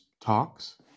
talks